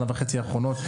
שנה וחצי האחרונות,